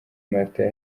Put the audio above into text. martin